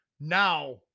Now